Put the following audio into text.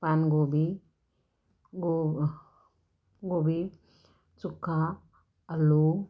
पानकोबी गो कोबी चुका आलू